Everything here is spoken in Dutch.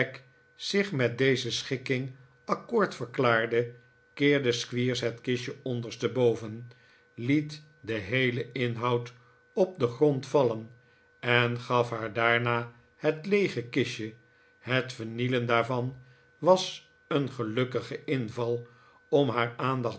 zich met deze schikking accoord verklaarde keerde squeers het kistje ondersteboven liet den heelen inhoud op den grond vallen en gaf haar daarna het leege kistje het vernielen daarvan was een gelukkige inval om haar aandacht